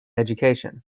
education